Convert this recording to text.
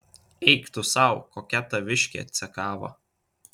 eik tu sau kokia taviškė cekava